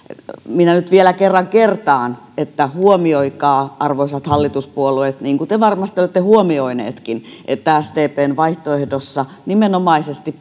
minä nyt vielä kerran kertaan että huomioikaa arvoisat hallituspuolueet niin kuin te varmasti olette huomioineetkin että sdpn vaihtoehdossa nimenomaisesti